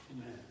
Amen